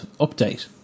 update